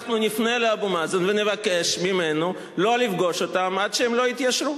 אנחנו נפנה לאבו מאזן ונבקש ממנו לא לפגוש אותם עד שהם לא יתיישרו.